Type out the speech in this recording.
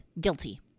guilty